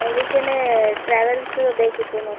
ಅದಕ್ಕೆನೇ travels ಬೇಕಿತ್ತು ma'am